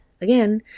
again